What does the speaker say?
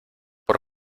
por